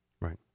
Right